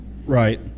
Right